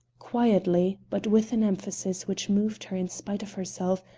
quietly, but with an emphasis which moved her in spite of herself,